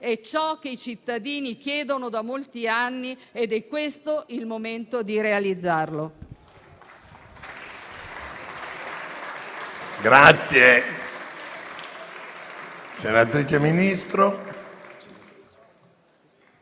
È ciò che i cittadini chiedono da molti anni ed è questo il momento di realizzarlo.